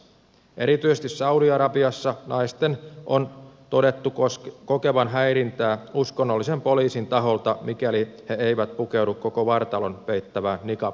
erityisesti saudi arabiassa naisten on todettu kokevan häirintää uskonnollisen poliisin taholta mikäli he eivät pukeudu koko vartalon peittävään niqab huiviin